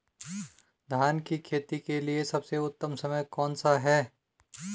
धान की खेती के लिए सबसे उत्तम समय कौनसा है?